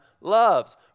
loves